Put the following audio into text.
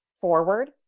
forward